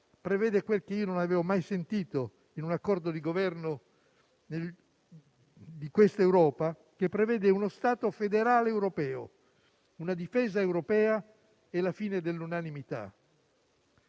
prevede - non l'avevo mai sentito in un accordo di Governo di questa Europa - uno Stato federale europeo, una difesa europea e la fine dell'unanimità.